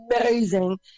amazing